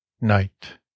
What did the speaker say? Night